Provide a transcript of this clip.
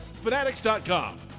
Fanatics.com